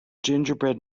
gingerbread